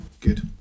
Good